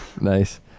nice